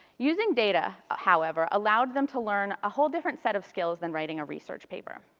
using data however, allowed them to learn a whole different set of skills than writing a research paper.